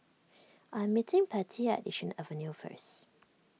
I'm meeting Pattie at Yishun Avenue first